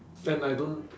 and I don't